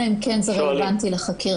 אלא אם כן זה רלוונטי לחקירה.